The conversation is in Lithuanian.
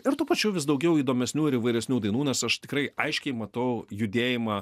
ir tuo pačiu vis daugiau įdomesnių ir įvairesnių dainų nes aš tikrai aiškiai matau judėjimą